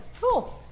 Cool